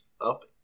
up